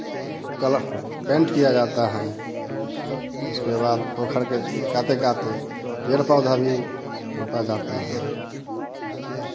colour paint किया जाता है उसके बाद पोखर के काते काते पेड़ पौधे भी रोपा जाता है